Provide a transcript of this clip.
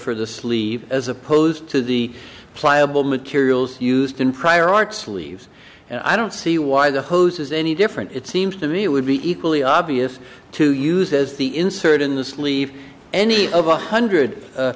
for the sleeve as opposed to the pliable materials used in prior art sleeves and i don't see why the hose is any different it seems to me it would be equally obvious to use as the insert in the sleeve any of a hundred